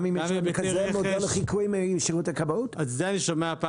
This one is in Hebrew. גם מהיבטי רכש --- גם אם יש לכם כזה מודל לחיקוי משירות הכבאות?